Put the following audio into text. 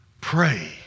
Pray